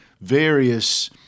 various